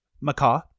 Macaw